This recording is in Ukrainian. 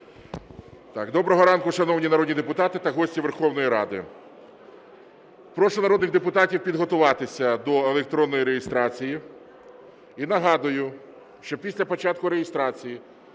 Добро ранку, шановні народні депутати та гості Верховної Ради. Прошу народних депутатів підготуватися до електронної реєстрації. І нагадую, що після початку реєстрації